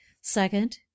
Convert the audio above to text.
Second